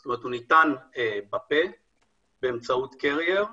יהיו שתי תתי קבוצות שיקבלו כמה מינוני.